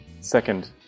Second